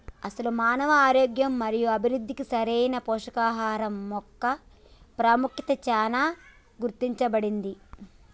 అసలు మానవ ఆరోగ్యం మరియు అభివృద్ధికి సరైన పోషకాహరం మొక్క పాముఖ్యత చానా గుర్తించబడింది